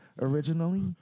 originally